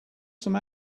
some